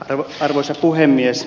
arvoisa puhemies